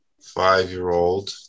five-year-old